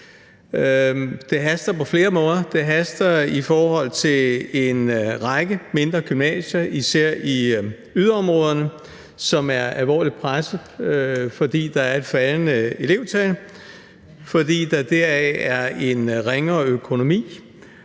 det haster på flere måder. Det haster i forhold til en række mindre gymnasier, især i yderområderne, som er alvorligt pressede, fordi der er et faldende elevtal og derfor en ringere økonomi.